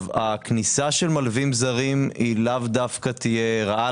הכניסה של מלווים זרים לאו דווקא תהיה רעה